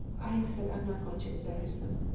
i said, i'm not going to embarrass them.